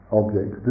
object